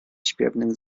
śpiewnych